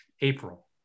April